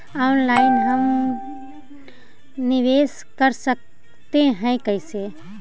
Online हम निवेश कर सकते है, कैसे?